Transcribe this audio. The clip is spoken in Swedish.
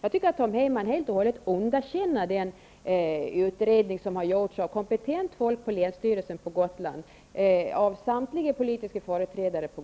Jag tycker att Tom Heyman helt och hållet underkänner den utredning som har genomförts av kompetent folk på länsstyrelsen på Gotland, av företrädare för samtliga politiska partier på